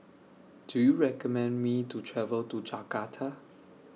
Do YOU recommend Me to travel to Jakarta